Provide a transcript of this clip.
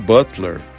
Butler